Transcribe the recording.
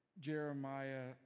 Jeremiah